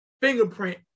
fingerprint